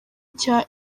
cya